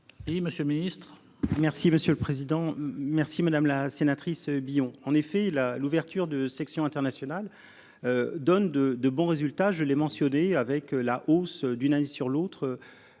Merci monsieur le président. Merci madame la sénatrice Lyon en effet la l'ouverture de sections internationales. Donnent de, de bons résultats. Je l'ai mentionné avec la hausse d'une année sur l'autre.